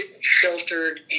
sheltered